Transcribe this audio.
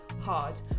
hard